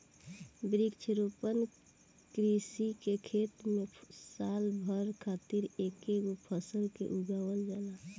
वृक्षारोपण कृषि के खेत में साल भर खातिर एकेगो फसल के उगावल जाला